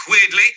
Weirdly